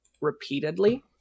repeatedly